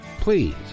Please